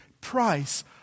price